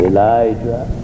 Elijah